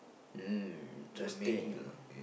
mm interesting